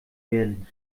werden